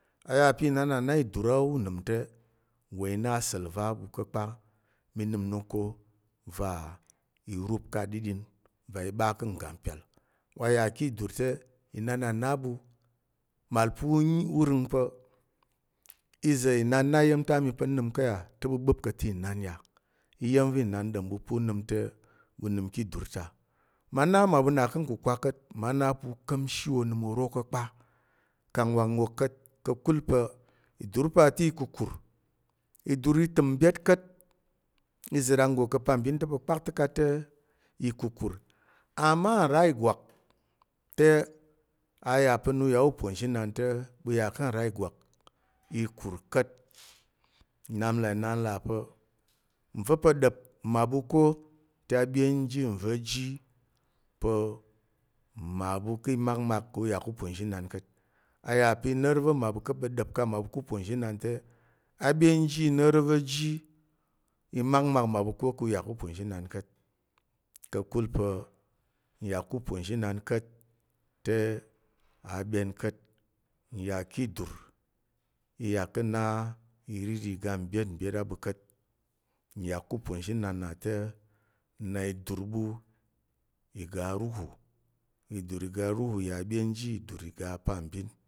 A ya pa̱ inan na idur unəm te wa i na asa̱l va̱ a ɓu ko pa̱ mí nəm inok ko va̱ i rup ka aɗiɗin na a ɓa ka̱ ngga mpyal. Ɓu a ya ka̱ ndur te inan a na ɓu, màl pu nyi, u rəng pa̱ iza̱ inan na iya̱m ta̱ a mi pa̱ nnəm ko yà. T e ɓu ɓəp ka̱ tak inan yà iya̱m va̱ inan ɗom ɓu pu unəm te ɓu nəm ki idur ta, mma na mmaɓu na ka̱ nkukuwa ka̱t. Mma na pa̱ uka̱mshi onəm oro ko kpa, kang wa ngok ka̱t ka̱kul pa̱ idur pa te i kukur, idur i təm mbyet ka̱t. Iza̱ ranggo ka̱ pambin pa̱ kpata̱kat te i kukur, ama nra ìgwak te a ya pa̱ na u yà ku uponzhinan te ɓu ya ka̱ nra ìgwak i kur ka̱t. Nlà inan là pa̱ nva̱ pa̱ da̱p mmaɓu ko te a ɓyen ji nva̱ ji pa̱ mmaɓu ki makmak ku yà ku uponzhinan ka̱t. Ayà pa̱ i noro va̱ mmaɓu ko pa̱ ɗa̱p ku ya ku uponzhinan te a ɓyen ji nnoro va̱ ji i makmak mmaɓu ko ku ya ku uponzhinan ka̱t. Ka̱kul pa̱ nyà ku uponzhinan ka̱t te a ɓyen ka̱t. Nyà ki idur i yà ka̱ nna iriri iga mbyet byet a ɓu ka̱t, nyà ku uponzhinan na te, nna idur ɓu iga ruhu. Idur iga ruhu na ɓyen ji idur iga pambin